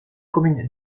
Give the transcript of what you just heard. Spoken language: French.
commune